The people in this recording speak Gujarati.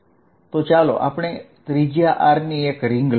તો ચાલો આપણે ત્રિજ્યા R ની એક રીંગ લઈએ